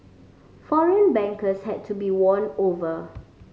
foreign bankers had to be won over